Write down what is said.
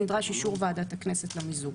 נדרש אישור ועדת הכנסת למיזוג.